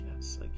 Yes